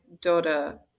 daughter